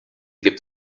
gibt